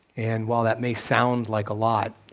and while that may sound like a lot,